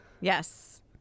Yes